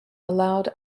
allowed